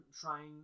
trying